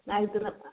அதுக்கு தான்